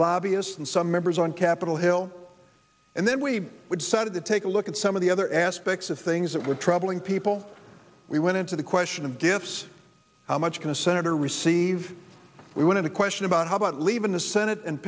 lobbyists and some members on capitol hill and then we would side of the take a look at some of the other aspects of things that were troubling people we went into the question of gifts how much can a senator receive we wanted a question about how about leaving the senate and